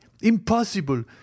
impossible